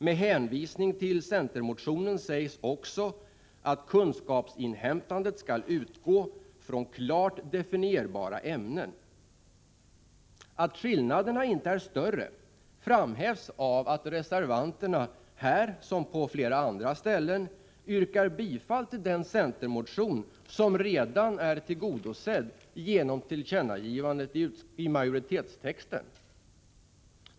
Med hänvisning till centermotionen sägs också att kunskapsinhämtandet skall utgå från klart definierbara ämnen. Att skillnaderna inte är större framhävs av att reservanterna här som på flera andra ställen yrkar bifall till den centermotion som redan är tillgodosedd genom tillkännagivandet i majoritetstexten.